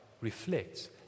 reflects